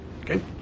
okay